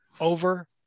over